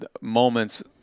moments